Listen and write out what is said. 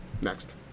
Next